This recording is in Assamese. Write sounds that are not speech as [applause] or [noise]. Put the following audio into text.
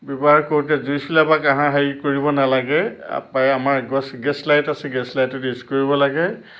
ব্যৱহাৰ কৰোতে জুইশলা বা [unintelligible] হেৰি কৰিব নালাগে প্ৰায় আমাৰ গ গেছ লাইট আছে গেছ লাইটাৰ ইউজ কৰিব লাগে